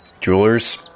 Jewelers